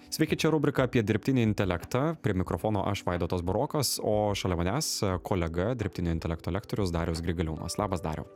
sveiki čia rubrika apie dirbtinį intelektą prie mikrofono aš vaidotas burokas o šalia manęs kolega dirbtinio intelekto lektorius darius grigaliūnas labas dariau